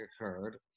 occurred